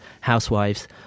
housewives